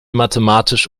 mathematisch